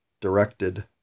directed